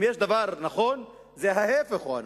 אם יש דבר נכון, זה ההיפך הוא שנכון.